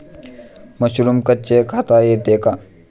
Mushroom कच्चे खाता येते का?